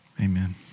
Amen